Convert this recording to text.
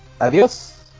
Adios